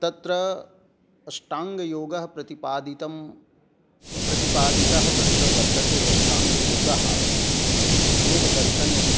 तत्र अष्टाङ्गयोगः प्रतिपादितं प्रतिपादितः तत्र वर्तते अष्टाङ्गयोगः योगदर्शने